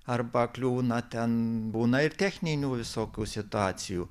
arba kliūna ten būna ir techninių visokių situacijų